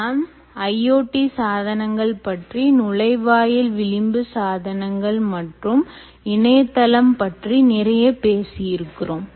நாம் IoT சாதனங்கள் பற்றி நுழைவாயில் விளிம்பு சாதனங்கள் மற்றும் இணையதளம் பற்றி நிறைய பேசியிருக்கிறோம்